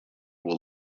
will